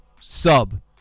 Sub